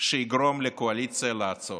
שיגרום לקואליציה לעצור,